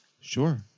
Sure